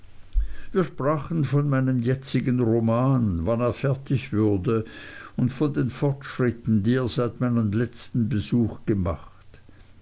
wir sprachen von meinem jetzigen roman wann er fertig würde und von den fortschritten die er seit meinem letzten besuch gemacht